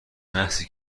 محضی